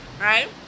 right